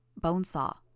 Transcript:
Bonesaw